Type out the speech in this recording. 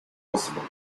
possible